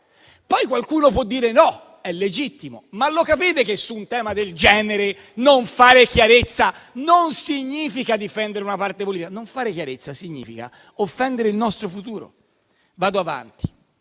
Poi qualcuno può dire di no. È legittimo, ma lo capite che, su un tema del genere, non fare chiarezza non significa difendere una parte politica? Non fare chiarezza significa offendere il nostro futuro. Arrivo